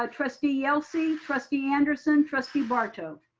um trustee yelsey, trustee anderson, trustee barto.